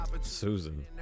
Susan